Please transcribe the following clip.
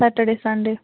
Saturday Sunday